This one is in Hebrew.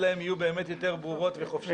שלהם יהיו באמת יותר ברורות וחופשיות.